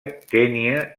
kenya